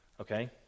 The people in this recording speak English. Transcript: Okay